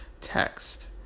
text